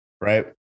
right